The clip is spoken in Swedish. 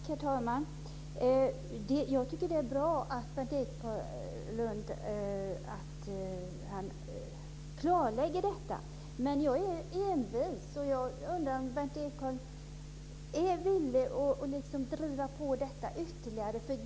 Herr talman! Jag tycker att det är bra att Berndt Ekholm klarlägger detta. Men jag är envis. Jag undrar om Berndt Ekholm är villig att driva på detta ytterligare.